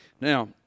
Now